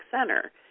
center